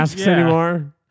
anymore